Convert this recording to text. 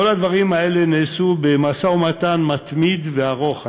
כל הדברים האלה נעשו במשא-ומתן מתמיד וארוך,